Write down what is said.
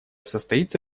состоится